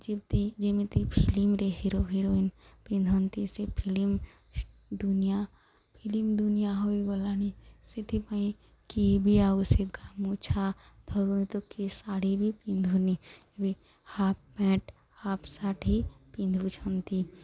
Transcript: ଯେମ୍ତି ଯେମିତି ଫିଲିମ୍ରେ ହିରୋ ହିରୋଇନ୍ ପିନ୍ଧନ୍ତି ସେ ଫିଲିମ୍ ଦୁନିଆ ଫିଲିମ୍ ଦୁନିଆ ହୋଇଗଲାଣି ସେଥିପାଇଁ କିଏ ବି ଆଉ ସେ ଗାମୁଛା ଧରୁନି ତ କିଏ ଶାଢ଼ୀ ବି ପିନ୍ଧୁନି ଏବେ ହାଫ୍ ପ୍ୟାଣ୍ଟ ହାଫ୍ ସାର୍ଟ ପିନ୍ଧୁଛନ୍ତି